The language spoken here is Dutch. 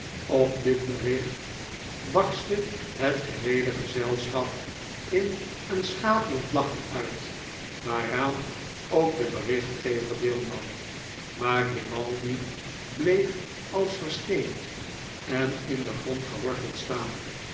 op dit bericht barstte het geheele gezelschap in een schaterend lachen uit waaraan ook de berichtgever deelnam maar grimaldi bleef als versteend en in den grond geworteld staan